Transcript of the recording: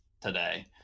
today